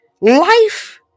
life